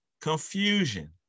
confusion